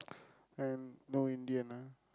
and no Indian ah